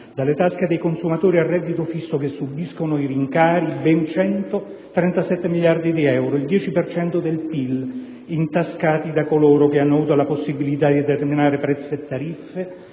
dalle tasche dei consumatori a reddito fisso che subiscono i rincari, ben 137 miliardi di euro, il 10 per cento del PIL, intascati da coloro che hanno avuto la possibilità di determinare prezzi e tariffe,